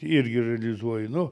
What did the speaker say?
irgi realizuoju nu